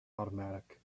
automatic